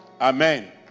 Amen